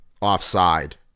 offside